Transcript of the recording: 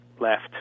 left